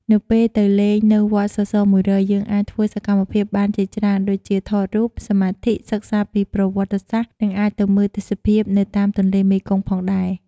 នៅពេលទៅលេងនៅវត្តសសរ ១០០ យើងអាចធ្វើសកម្មភាពបានជាច្រើនដូចជា ថតរូប សមាធិ សិក្សាពីប្រវត្តិសាស្ត្រ នឹងអាចទៅមើលទេសភាពនៅតាមទន្លេមេគង្គផងដែរ ។